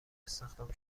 استخدام